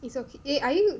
it's okay eh are you